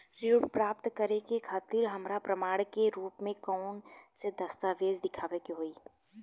ऋण प्राप्त करे के खातिर हमरा प्रमाण के रूप में कउन से दस्तावेज़ दिखावे के होइ?